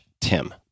Tim